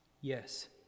Yes